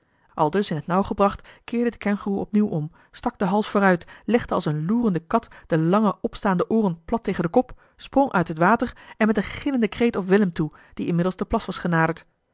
aldus in het nauw gebracht keerde de kengoeroe opnieuw om stak den hals vooruit legde als eene loerende kat de lange opstaande ooren plat tegen den kop sprong uit het water en met een gillenden kreet op willem toe die inmiddels den plas was genaderd